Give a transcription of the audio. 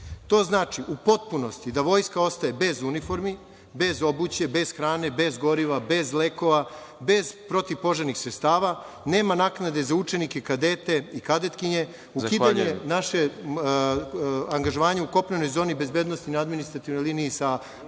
To znači u potpunosti da vojska ostaje bez uniformi, bez obuće, bez hrane, bez goriva, bez lekova, bez protivpožarnih sredstava, nema naknade za učenike, kadete i kadetkinje, za angažovanje u kopnenoj bezbednosti na administrativnoj liniji sa